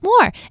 more